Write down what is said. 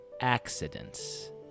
accidents